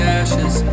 ashes